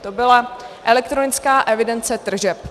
To byla elektronická evidence tržeb.